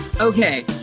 okay